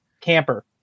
camper